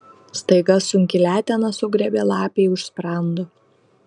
staiga sunki letena sugriebė lapei už sprando